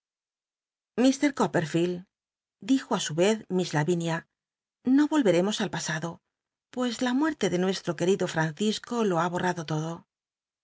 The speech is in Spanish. ir coppcrfield dijo i su yez miss la iuia no oher mos al pasado j ues la muerte de nuestro qucriclo fmncisco lo ha borrado lodo